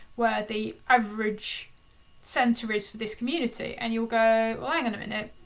where the average center is for this community. and you'll go, well, hang on a minute.